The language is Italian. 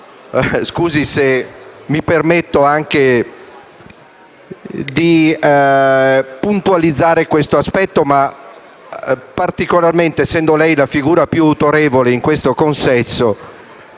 scusi se mi permetto di puntualizzare questo aspetto ma, essendo lei la figura più autorevole in questo consesso,